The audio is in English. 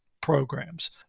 programs